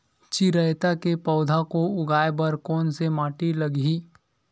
चिरैता के पौधा को उगाए बर कोन से माटी लगही?